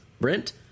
Brent